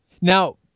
Now